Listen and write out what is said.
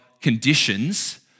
conditions